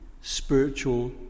spiritual